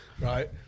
right